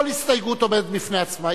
כל הסתייגות עומדת בפני עצמה.